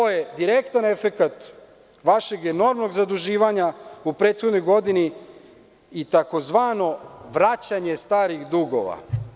To je direktan efekat vašeg enormnog zaduživanja u prethodnoj godini i tzv. vraćanje starih dugova.